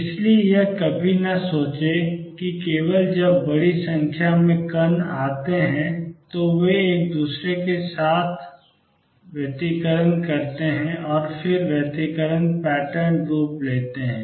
इसलिए यह कभी न सोचें कि केवल जब बड़ी संख्या में कण आते हैं तो वे एक दूसरे के साथ करते हैं और फिर व्यतिकरण पैटर्न कारूप लेते हैं